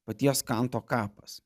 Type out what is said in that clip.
paties kanto kapas